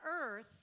earth